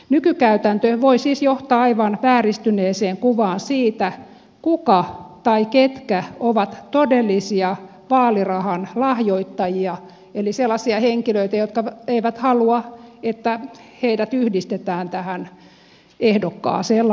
nykykäytäntö voi siis johtaa aivan vääristyneeseen kuvaan siitä kuka tai ketkä ovat todellisia vaalirahan lahjoittajia jotka voivat olla sellaisia henkilöitä jotka eivät halua että heidät yhdistetään tähän ehdokkaaseen lainkaan